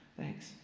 thanks